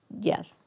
yes